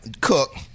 Cook –